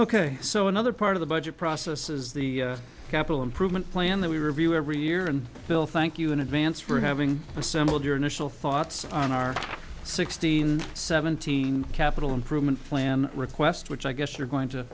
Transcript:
ok so another part of the budget process is the capital improvement plan that we review every year and will thank you in advance for having assembled your initial thoughts on our sixteen seventeen capital improvement plan request which i guess you're going to